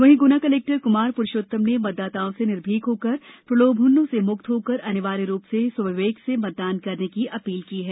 वहीं गुना कलेक्टर कुमार पुरुषोत्तम ने मतदाताओं से निर्भीक होकर प्रलोभनों से मुक्त होकर अनिवार्य रूप से स्वविवेक से मतदान करने की अपील की है